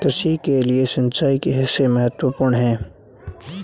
कृषि के लिए सिंचाई कैसे महत्वपूर्ण है?